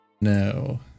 No